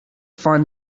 find